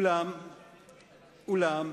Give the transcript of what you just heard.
אומנם